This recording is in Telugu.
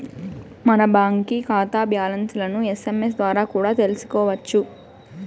మన బాంకీ కాతా బ్యాలన్స్లను ఎస్.ఎమ్.ఎస్ ద్వారా కూడా తెల్సుకోవచ్చు